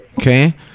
Okay